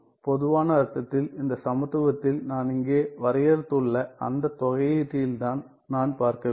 பொதுவான அர்த்தத்தில் இந்த சமத்துவத்தில் நான் இங்கே வரையறுத்துள்ள அந்த தொகையீட்டில் தான் நான் பார்க்க வேண்டும்